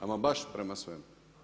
Ama baš prema svemu.